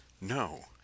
No